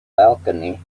balcony